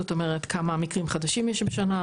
זאת אומרת כמה מקרים חדשים יש בשנה?